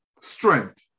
strength